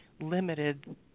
limited